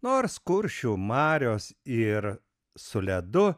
nors kuršių marios ir su ledu